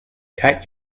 cut